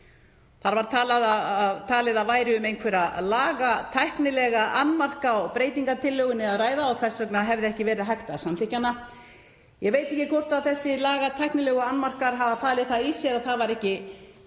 Þá var talið að um einhverja lagatæknilega annmarka á breytingartillögunni væri að ræða og þess vegna ekki hægt að samþykkja hana. Ég veit ekki hvort þessir lagatæknilegu annmarkar hafa falið það í sér að það verði ekki